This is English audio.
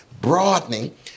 broadening